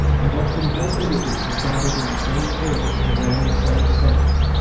and often whole villages had gathered in the same fields and around the same stacks.